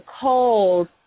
cold